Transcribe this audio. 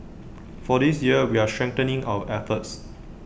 for this year we're strengthening our efforts